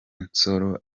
nsoro